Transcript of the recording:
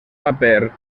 paper